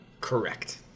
Correct